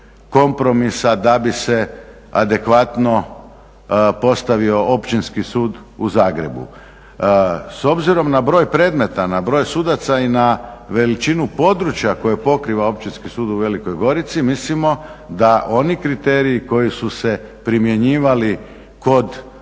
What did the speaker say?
kompromisa da bi se adekvatno postavio Općinski sud u Zagrebu. S obzirom na broj predmeta, na broj sudaca i na veličinu područja koje pokriva Općinski sud u Velikoj Gorici mislimo da oni kriteriji koji su se primjenjivali kod